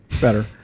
better